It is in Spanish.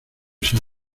sea